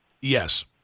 Yes